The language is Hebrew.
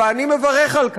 ואני מברך על כך.